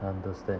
understand